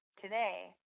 today